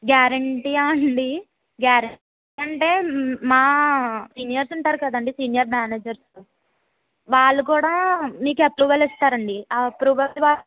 గ్యారెంటీయా అండి గ్యారెంటీ అంటే మా సీనియర్స్ ఉంటారు కదండీ సీనియర్ మేనేజర్స్ వాళ్ళు కూడా మీకు అప్రూవల్ ఇస్తారండి ఆ అప్రూవల్ ద్వారా